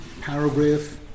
Paragraph